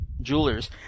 jewelers